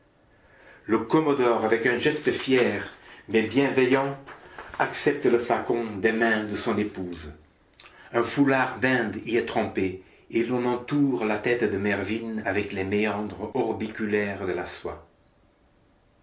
le commodore avec un geste fier mais bienveillant accepte le flacon des mains de son épouse un foulard d'inde y est trempé et l'on entoure la tête de mervyn avec les méandres orbiculaires de la soie